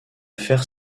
faire